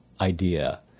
idea